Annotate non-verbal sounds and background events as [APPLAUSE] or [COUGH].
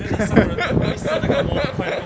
[LAUGHS]